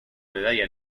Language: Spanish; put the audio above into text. medalla